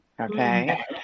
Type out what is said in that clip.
okay